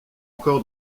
encore